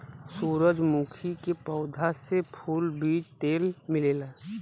सूरजमुखी के पौधा से फूल, बीज तेल मिलेला